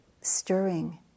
stirring